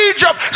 Egypt